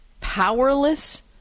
powerless